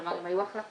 כלומר אם היו החלפות,